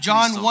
John